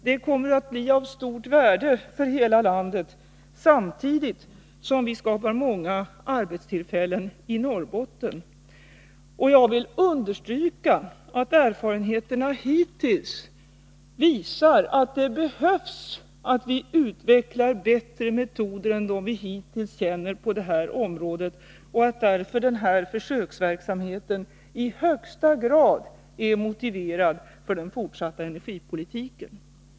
Det kommer at" bli av stort värde för hela landet, samtidigt som vi skapar många arbetstillfällen i Norrbotten. Jag vill understryka att erfarenheterna hittills visar att det är nödvändigt att vi utvecklar bättre metoder än dem som vi hittills känner på detta område och att denna försöksverksamhet därför i högsta grad är motiverad för den fortsatta energipolitiken.